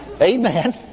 Amen